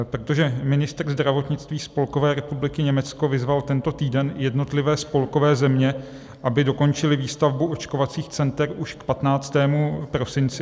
Protože ministr zdravotnictví Spolkové republiky Německo vyzval tento týden jednotlivé spolkové země, aby dokončily výstavbu očkovacích center už k 15. prosinci.